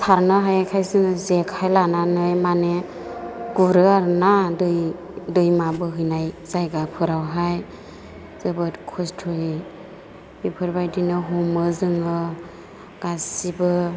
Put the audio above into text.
सारनो हायैखाय जोङो जेखाय लानानै माने गुरो आरोना दै दैमा बोहैनाय जायगाफोरावहाय जोबोद खस्थ'यै बेफोरबायदिनो हमो जोङो गासैबो